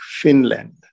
Finland